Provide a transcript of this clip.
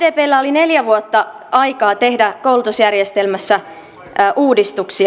sdpllä oli neljä vuotta aikaa tehdä koulutusjärjestelmässä uudistuksia